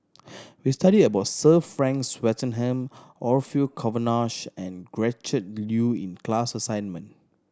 we studied about Sir Frank Swettenham Orfeur Cavenagh and Gretchen Liu in class assignment